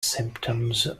symptoms